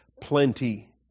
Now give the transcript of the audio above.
plenty